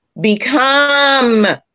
Become